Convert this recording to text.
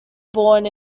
born